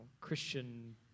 Christian